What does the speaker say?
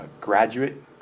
graduate